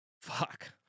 fuck